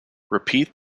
repeat